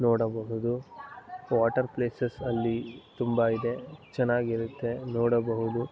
ನೋಡಬಹುದು water places ಅಲ್ಲಿ ತುಂಬ ಇದೆ ಚೆನ್ನಾಗಿರುತ್ತೆ ನೋಡಬಹುದು